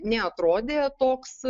neatrodė toks